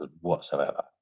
whatsoever